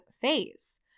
phase